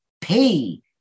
pay